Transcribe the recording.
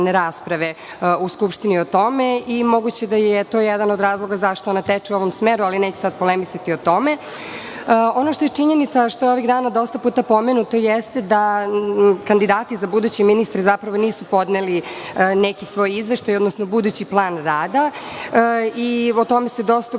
u Skupštini o tome i moguće da je to jedan od razloga zašto ona teče u ovom smeru, ali neću sada polemisati o tome. Ono što je činjenica, a što je ovih dana dosta puta pomenuto, jeste da kandidati za buduće ministre zapravo nisu podneli neki svoj izveštaj, odnosno budući plan rada i o tome se dosta